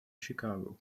chicago